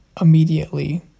immediately